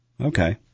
Okay